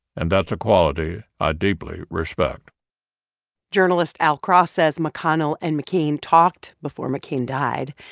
and that's a quality i deeply respect journalist al cross says mcconnell and mccain talked before mccain died.